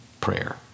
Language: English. prayer